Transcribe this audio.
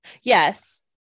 yes